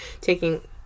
taking